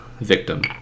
victim